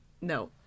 No